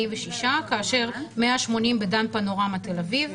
כאשר 180 בדן פנורמה תל אביב.